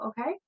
okay